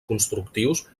constructius